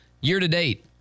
year-to-date